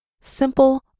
simple